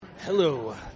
Hello